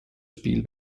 spiel